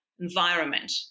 environment